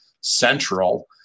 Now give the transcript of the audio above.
Central